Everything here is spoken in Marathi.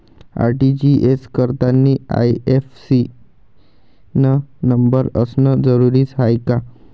आर.टी.जी.एस करतांनी आय.एफ.एस.सी न नंबर असनं जरुरीच हाय का?